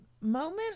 moment